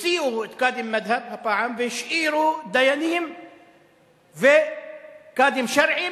הוציאו את קאדים מד'הב עכשיו והשאירו דיינים וקאדים שרעיים,